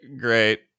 great